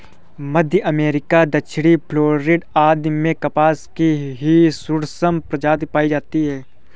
मध्य America, दक्षिणी Florida आदि में कपास की हिर्सुटम प्रजाति पाई जाती है